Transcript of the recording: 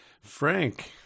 Frank